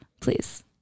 please